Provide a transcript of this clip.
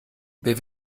wer